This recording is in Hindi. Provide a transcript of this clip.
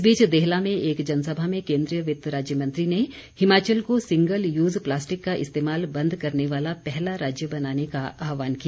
इस बीच देहलां में एक जनसभा में केन्द्रीय वित्त राज्य मंत्री ने हिमाचल को सिंगल यूज़ प्लास्टिक का इस्तेमाल बंद करने वाला पहला राज्य बनाने का आहवान किया